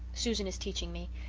susan is teaching me.